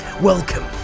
Welcome